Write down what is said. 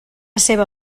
seva